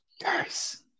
yes